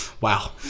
Wow